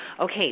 Okay